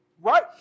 Right